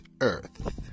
Earth